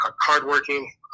hardworking